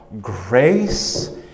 grace